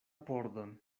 pordon